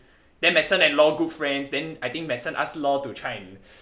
then medicine and law good friends then I think medicine ask law to try and